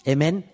Amen